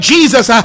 Jesus